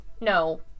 No